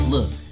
Look